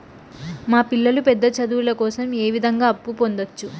మా పిల్లలు పెద్ద చదువులు కోసం ఏ విధంగా అప్పు పొందొచ్చు?